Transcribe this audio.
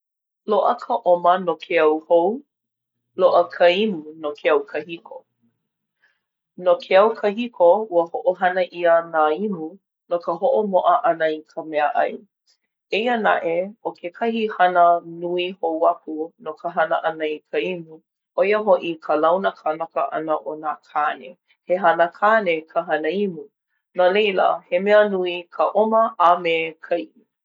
Loaʻa ka ʻoma no ke au hou. Loaʻa ka imu no ke au kahiko. No ke au kahiko, ua hoʻohana ʻia nā imu no ka hoʻomoʻa ʻana i ka meaʻai. Eia naʻe, ʻo kekahi hana nui hou kau no ka hana ʻana i ka imu, ʻo ia hoʻi ka launa kanaka ʻana o nā kāne. He hana kāne ka hana imu. No leila, he mea nui ka ʻoma a me ka imu.